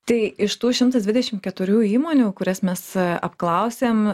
tai iš tų šimtas dvidešim keturių įmonių kurias mes apklausėm